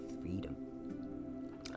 freedom